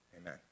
Amen